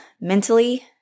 mentally